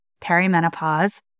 perimenopause